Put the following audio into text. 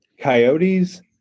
coyotes